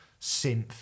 synth